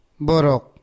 Borok